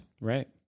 Right